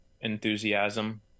enthusiasm